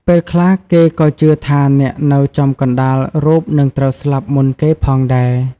ពេលខ្លះ គេក៏ជឿថាអ្នកនៅចំកណ្តាលរូបនឹងត្រូវស្លាប់មុនគេផងដែរ។